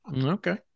Okay